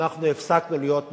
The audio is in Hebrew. אנחנו הפסקנו להיות מופתעים.